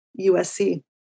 USC